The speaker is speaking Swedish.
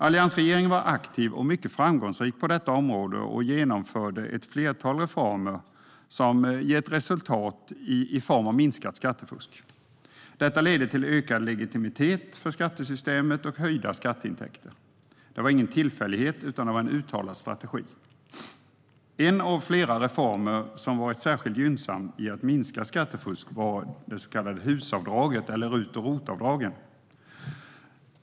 Alliansregeringen var aktiv och mycket framgångsrik på detta område och genomförde ett flertal reformer som har gett resultat i form av minskat skattefusk. Detta leder till ökad legitimitet för skattesystemet och höjda skatteintäkter. Det var ingen tillfällighet utan en uttalad strategi. En av flera reformer som varit särskilt gynnsam i att minska skattefusk var det så kallade HUS-avdraget, eller RUT och ROT-avdragen.